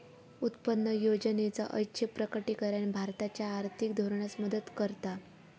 उत्पन्न योजनेचा ऐच्छिक प्रकटीकरण भारताच्या आर्थिक धोरणास मदत करता